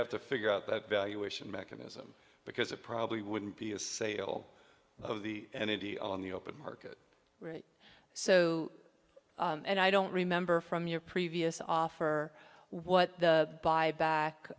have to figure out that valuation mechanism because it probably wouldn't be a sale of the energy on the open market right so and i don't remember from your previous offer what the buyback